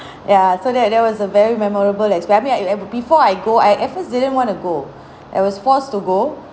ya so that that was a very memorable experience I mean uh before I go I at first didn't want to go I was forced to go